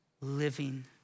living